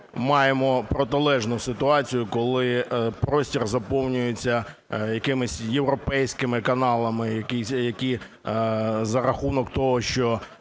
маємо протилежну ситуацію, коли простір заповнюється якимись європейськими каналами, які за рахунок того, що